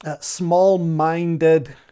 small-minded